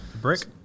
Brick